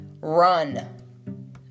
Run